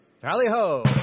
Tally-ho